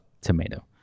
tomato